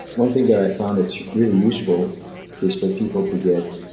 one thing that i found that's really useful is for people to get